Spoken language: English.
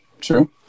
true